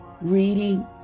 reading